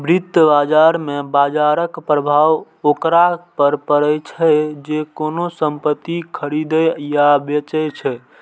वित्त बाजार मे बाजरक प्रभाव ओकरा पर पड़ै छै, जे कोनो संपत्ति खरीदै या बेचै छै